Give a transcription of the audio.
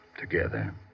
Together